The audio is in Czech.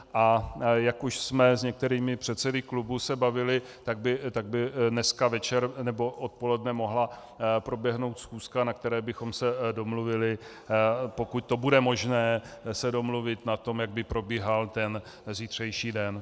A jak už jsme se bavili s některými předsedy klubů, tak by dneska večer nebo odpoledne mohla proběhnout schůzka, na které bychom se domluvili, pokud to bude možné se domluvit, na tom, jak bude probíhat ten zítřejší den.